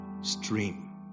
stream